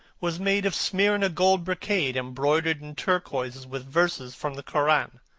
was made of smyrna gold brocade embroidered in turquoises with verses from the koran.